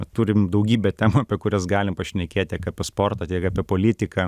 vat turim daugybę temų apie kurias galim pašnekėt tiek apie sportą tiek apie politiką